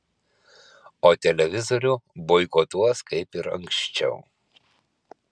o televizorių boikotuos kaip ir anksčiau